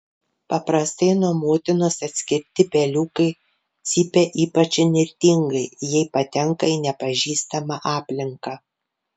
paprastai nuo motinos atskirti peliukai cypia ypač įnirtingai jei patenka į nepažįstamą aplinką